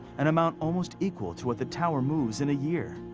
an amount almost equal to what the tower moves in a year.